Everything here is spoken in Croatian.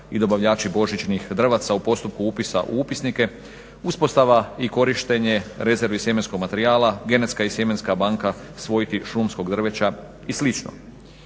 i dobavljači božićnih drvaca u postupku upisa u upisnike, uspostava i korištenje rezervi sjemenskog materijala, genetska i sjemenska banka svojti šumskog drveća i